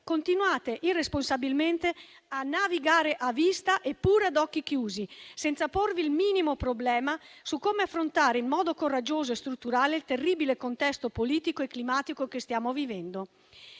continuate irresponsabilmente a navigare a vista e pure a occhi chiusi, senza porvi il minimo problema di come affrontare in modo coraggioso e strutturale il terribile contesto politico e climatico che stiamo vivendo.